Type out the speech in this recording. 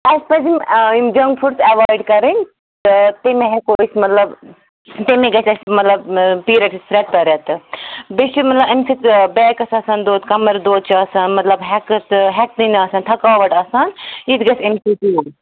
اَسہِ پَزِ یِم یِم جَنٛک فُڈٕس اٮ۪وایِڈ کَرٕنۍ تہٕ تیٚلہِ مَہ ہٮ۪کو أسۍ مطلب تیٚلہِ مَہ گَژھِ اَسہِ مطلب پیٖرَڈٕس رٮ۪تہٕ پتہٕ رٮ۪تہٕ بیٚیہِ چھِ مَطلَب اَمہِ سۭتۍ بیکَس آسان دود کمر دود چھُ آسان مَطلَب ہٮ۪کتھ ہٮ۪کتھٕے نہٕ آسان تھَکاوٹ آسان یہِ تہِ گَژھِ اَمہِ سۭتۍ دوٗر